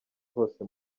hose